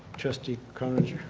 trustee croninger?